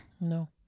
no